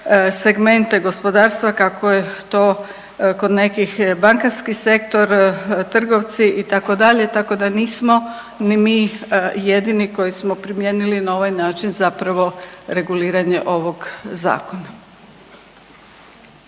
segmente gospodarstva kako je to kod nekih bankarski sektor, trgovci itd., tako da nismo ni mi jedini koji smo primijenili na ovaj način zapravo reguliranje ovog zakona.